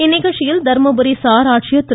இந்நிகழ்ச்சியில் தர்மபுரி சார்ஆட்சியர் திரு